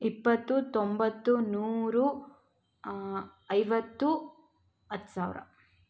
ಇಪ್ಪತ್ತು ತೊಂಬತ್ತು ನೂರು ಐವತ್ತು ಹತ್ತು ಸಾವಿರ